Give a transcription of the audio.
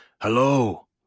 hello